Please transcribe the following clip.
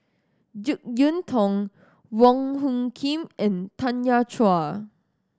Jek Yeun Thong Wong Hung Khim and Tanya Chua